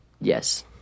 Yes